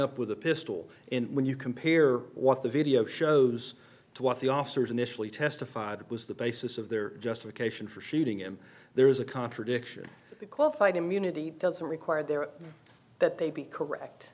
up with a pistol and when you compare what the video shows to what the officers initially testified that was the basis of their justification for shooting him there is a contradiction the qualified immunity doesn't require there that they be correct